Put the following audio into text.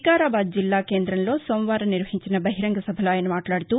వికారాబాద్ జిల్లా కేంధంలో సోమవారం నిర్వహించిన బహిరంగ సభలో ఆయన మాట్లాడుతూ